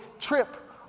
trip